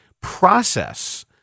process